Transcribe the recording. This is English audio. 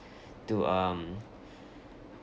to um